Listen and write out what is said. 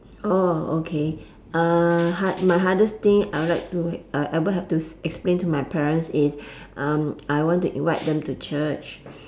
oh okay uh hard my hardest thing I would like to uh ever have to ex~ explain to my parents is I want to invite them to church